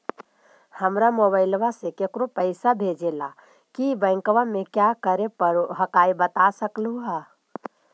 हमरा मोबाइलवा से केकरो पैसा भेजे ला की बैंकवा में क्या करे परो हकाई बता सकलुहा?